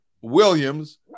Williams